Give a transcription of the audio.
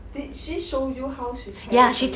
did she show you how she tear it